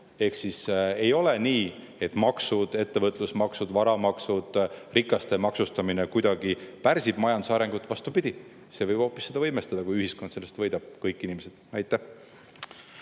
Ehk ei ole nii, et maksud, ettevõtlusmaksud, varamaksud, rikaste maksustamine kuidagi pärsib majanduse arengut – vastupidi, see võib hoopis seda võimestada, kui ühiskond sellest võidab. Suur tänu,